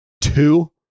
two